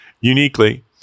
uniquely